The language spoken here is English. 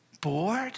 bored